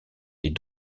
les